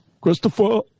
Christopher